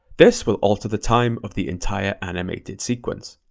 this will alter the time of the entire animated sequence.